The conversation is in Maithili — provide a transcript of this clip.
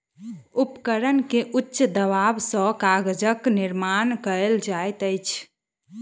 उपकरण के उच्च दाब सॅ कागजक निर्माण कयल जाइत अछि